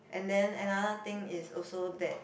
and then another thing is also that